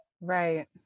Right